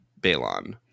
Balon